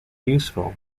useful